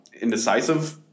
indecisive